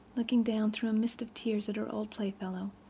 looking down through a mist of tears, at her old playfellow,